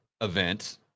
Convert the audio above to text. event